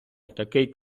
такий